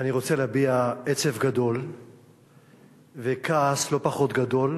אני רוצה להביע עצב גדול וכעס לא פחות גדול